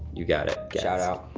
you got it. getz. shout-out.